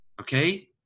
Okay